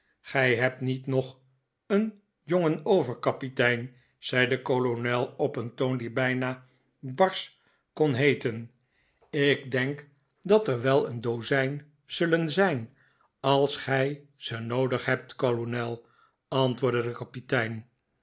gij hebt niet nog een jongen over kapitein zei de kolonel op een toon die bijna barsch kon heeten ik denk dat er wel een dozijn zullen zijn als gij ze noodig hebt kolonel antwoordde de kapitein